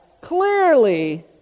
Clearly